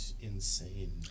insane